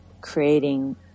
creating